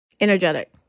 Energetic